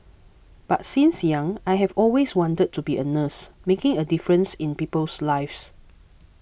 but since young I have always wanted to be a nurse making a difference in people's lives